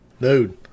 dude